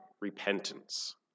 repentance